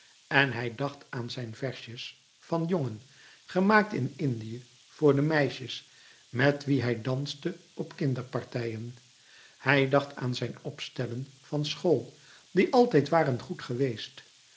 en hij dacht aan zijn versjes van jongen gemaakt in indië voor de meisjes met wie hij danste op kinderpartijen hij dacht aan zijn opstellen van school louis couperus metamorfoze die altijd waren goed geweest